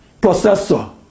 processor